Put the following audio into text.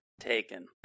taken